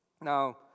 Now